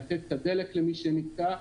לתת את הדלק למי שנתקע,